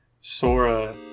Sora